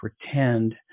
pretend